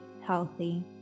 healthy